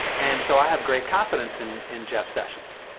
and so i have great confidence in in jeff sessions.